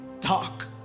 talk